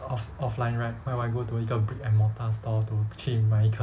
off~ offline right why would I go 一个 brick and mortar store to 去买一个